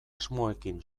asmoekin